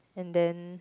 and then